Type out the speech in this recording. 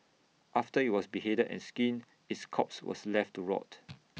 after IT was beheaded and skinned its corpse was left to rot